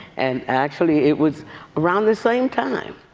and actually it was around the same time.